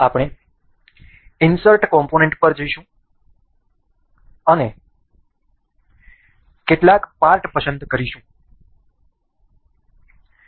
આપણે insert component પર જઈશું અને કેટલાક પાર્ટ પસંદ કરીશું